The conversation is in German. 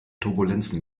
turbulenzen